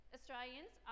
Australians